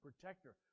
protector